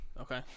okay